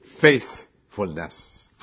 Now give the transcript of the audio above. Faithfulness